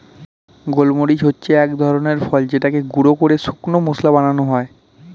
গোলমরিচ হচ্ছে এক ধরনের ফল যেটাকে গুঁড়ো করে শুকনো মসলা বানানো হয়